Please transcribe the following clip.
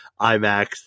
IMAX